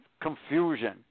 confusion